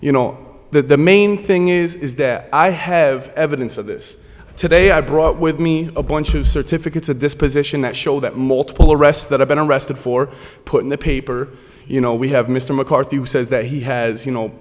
you know the main thing is that i have evidence of this today i brought with me a bunch of certificates at this position that show that multiple arrests that i've been arrested for put in the paper you know we have mr mccarthy who says that he has you know